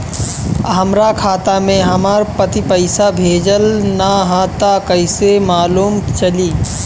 हमरा खाता में हमर पति पइसा भेजल न ह त कइसे मालूम चलि?